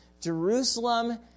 Jerusalem